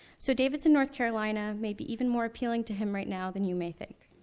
so, davidson, north carolina, may be even more appealing to him right now than you may think.